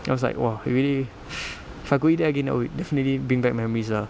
it was like !wah! really if I go eat there again that would definitely bring back memories ah